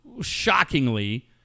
shockingly